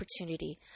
opportunity